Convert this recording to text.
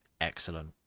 excellent